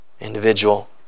individual